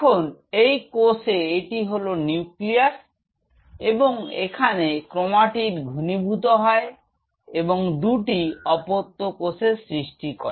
এখন এই কোষে এটি হলো নিউক্লিয়াস এবং এখানে ক্রোমাটিড ঘনীভূত হয় এবং দুটি অপত্য কোষের সৃষ্টি করে